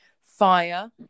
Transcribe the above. Fire